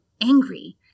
angry